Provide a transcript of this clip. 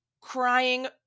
crying